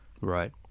Right